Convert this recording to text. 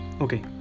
Okay